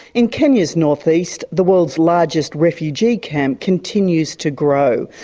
in kenya's north-east, the world's largest refugee camp continues to grow,